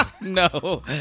no